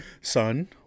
Son